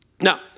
Now